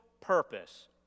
purpose